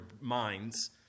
minds